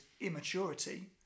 immaturity